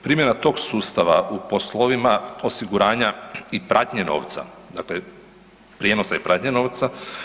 Primjena tog sustava u poslovima osiguranja i pratnje novca, dakle prijenosa i pratnje novca.